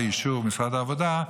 באישור משרד העבודה,